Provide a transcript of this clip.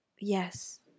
yes